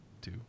Two